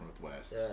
Northwest